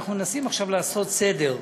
ואנחנו מנסים עכשיו לעשות סדר בזה,